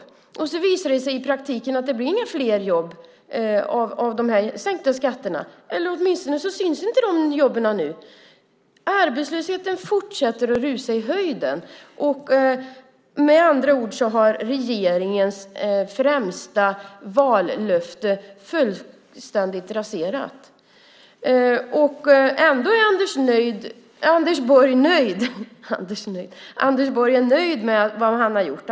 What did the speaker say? Men i praktiken visar det sig att det inte blir några fler jobb av de sänkta skatterna. Åtminstone syns inte de jobben nu. Arbetslösheten fortsätter att rusa i höjden. Med andra ord är regeringens främsta vallöfte fullständigt raserat. Ändå är Anders Borg nöjd med vad han har gjort.